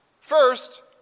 First